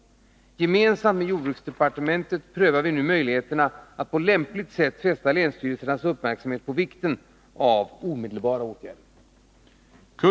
Gemensamt med jordbruksdepartementet prövar vi nu möjligheterna att på lämpligt sätt fästa länsstyrelsernas uppmärksamhet på vikten av omedelbara åtgärder.